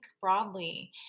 broadly